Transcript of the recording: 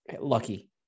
lucky